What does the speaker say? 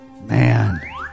Man